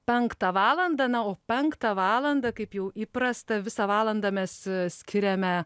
penktą valandą na o penktą valandą kaip jau įprasta visą valandą mes skiriame